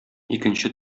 икенче